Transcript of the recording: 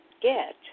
get